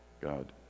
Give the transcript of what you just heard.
God